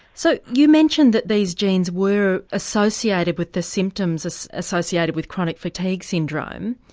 so you mention that these genes were associated with the symptoms associated with chronic fatigue syndrome.